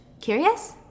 curious